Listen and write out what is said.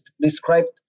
described